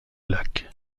lac